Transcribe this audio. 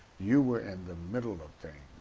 you were in the middle of things.